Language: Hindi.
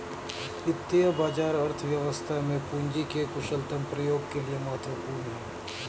वित्तीय बाजार अर्थव्यवस्था में पूंजी के कुशलतम प्रयोग के लिए महत्वपूर्ण है